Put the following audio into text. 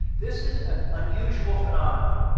this is an unusual phenomenon,